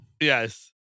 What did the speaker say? Yes